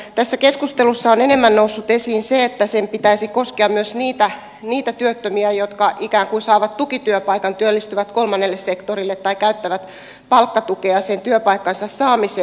tässä keskustelussa on enemmän noussut esiin se että sen pitäisi koskea myös niitä työttömiä jotka ikään kuin saavat tukityöpaikan työllistyvät kolmannelle sektorille tai käyttävät palkkatukea sen työpaikkansa saamiseen